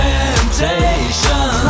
Temptation